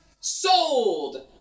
Sold